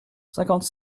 cinquante